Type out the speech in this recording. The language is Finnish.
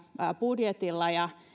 budjetilla ja